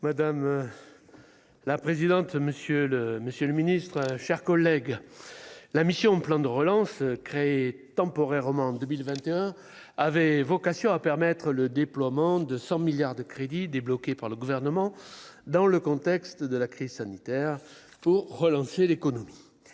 Madame. La présidente, monsieur le monsieur le Ministre, chers collègues, la mission plan de relance créée temporairement en 2021 avait vocation à permettre le déploiement de 100 milliards de crédits débloqués par le gouvernement dans le contexte de la crise sanitaire pour relancer l'économie,